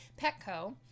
Petco